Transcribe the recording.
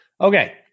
okay